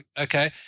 Okay